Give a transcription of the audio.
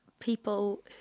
people